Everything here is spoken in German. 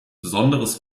besonderes